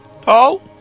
Paul